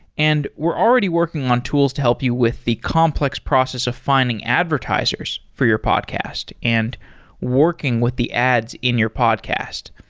and we're already working on tools to help you with the complex process of finding advertisers for your podcast and working with the ads in your podcast.